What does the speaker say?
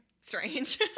strange